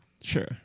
Sure